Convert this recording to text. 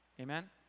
Amen